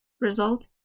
Result